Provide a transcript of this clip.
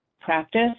practice